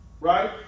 right